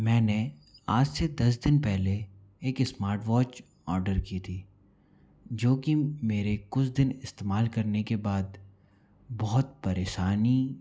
मैंने आज से दस दिन पहले एक इस्मार्ट वॉच ऑर्डर की थी जो कि मेरे कुछ दिन इस्तेमाल करने के बाद बहुत परेशानी